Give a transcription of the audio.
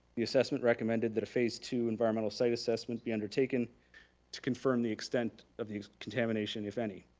the assessment recommended that a phase two environmental site assessment be undertaken to confirm the extent of the contamination, if any.